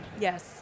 Yes